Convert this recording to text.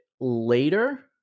later